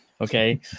Okay